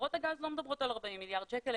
וחברות הגז לא מדברות על 40 מיליארד שקל,